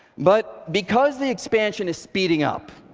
but because the expansion is speeding up,